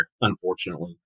unfortunately